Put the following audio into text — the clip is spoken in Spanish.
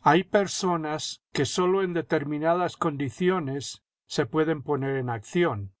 hay personas que sólo en determinadas condiciones se pueden poner en acción